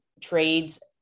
trades